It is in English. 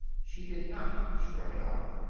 she did not shrug it off.